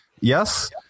Yes